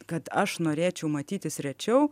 kad aš norėčiau matytis rečiau